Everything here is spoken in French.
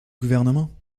gouvernement